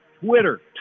Twitter